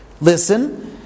Listen